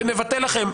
ונבטל לכם,